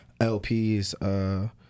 LPs